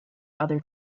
other